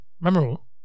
memorable